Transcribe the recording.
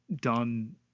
done